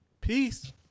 Peace